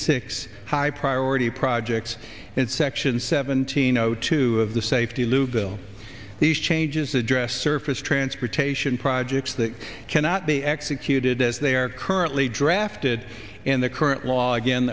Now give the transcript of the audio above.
six high priority projects and section seventeen zero two of the safety lou bill these changes address surface transportation projects that cannot be executed as they are currently drafted in the current law again